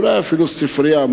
אולי אפילו ספרייה,